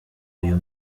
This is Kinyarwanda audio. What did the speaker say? uyu